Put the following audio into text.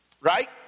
right